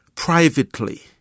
privately